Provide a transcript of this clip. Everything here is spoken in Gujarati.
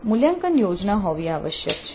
મૂલ્યાંકન યોજના હોવી આવશ્યક છે